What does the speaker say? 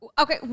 okay